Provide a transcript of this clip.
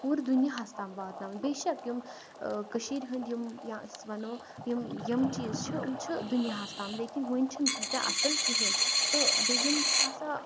پوّرٕ دُنیاہَس تام واتناوُن بے شک یِم کٔشیٖر ہٕندۍ یِم یا أسۍ وَنو یِم یِم چیٖز چھِ یِم چھِ دُنیاہَس تام لیکِن وُنۍ چھِ نہٕ تیٖتیہ اَصٕل کِہینۍ تہٕ بیٚیہِ یِم چھِ آسان